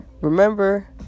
Remember